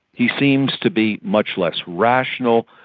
he seems to be much less rational,